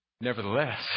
Nevertheless